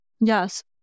Yes